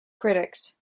critics